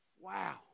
Wow